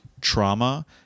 trauma